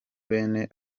bene